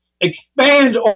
expand